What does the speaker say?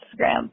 Instagram